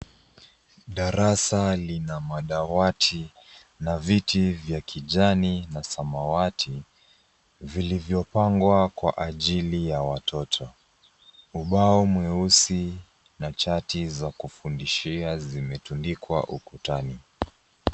Darasa lina madawati na viti vya kijani na samawati, vilivyopangwa kwa ajili ya watoto. Ubao mweusi na chati za kufundishia zimetundikwa ukutani.